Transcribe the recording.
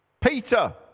Peter